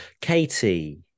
Katie